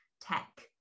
tech